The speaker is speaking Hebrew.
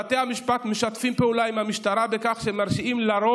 בתי המשפט משתפים פעולה עם המשטרה בכך שלרוב